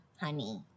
honey